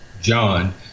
John